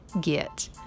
Get